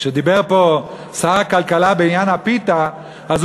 שכששר הכלכלה דיבר פה בעניין הפיתה הוא